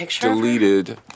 deleted